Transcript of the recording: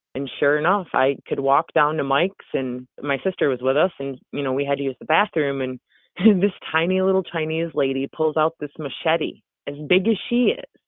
and sure enough, i could walk down to mike's and my sister was with us and you know, we had to use the bathroom and this tiny little chinese lady pulls out this machete as big as she is.